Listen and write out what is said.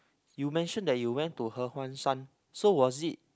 you mention that you went to He-Huan-Shan so was it